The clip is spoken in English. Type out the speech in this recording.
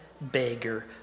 beggar